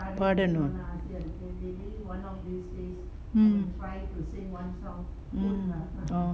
பாடனும்:paadanum mm mm orh